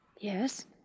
Yes